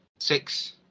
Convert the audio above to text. Six